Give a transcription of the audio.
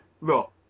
look